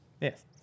Yes